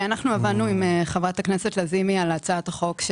עבדנו עם חברת הכנסת לזימי על הצעת החוק,